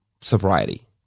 sobriety